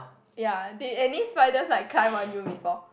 ya did any spiders like climb on you before